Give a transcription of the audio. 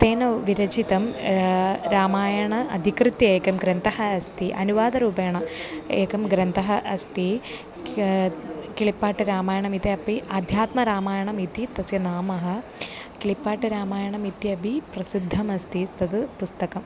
तेन विरचितं रामायणम् अधिकृत्य एकः ग्रन्थः अस्ति अनुवादरूपेण एकः ग्रन्थः अस्ति क्लिपाट्टिरामायणमित्यापि आध्यात्मरामायणमिति तस्य नामः क्लिपाट्टिरामायणम् इत्यपि प्रसिद्धमस्ति तत् पुस्तकम्